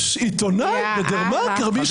פשש, עיתונאי בדה-מרקר, מי ישמע.